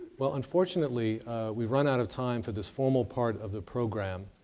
well unfortunately we've run out of time for this formal part of the program.